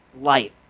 life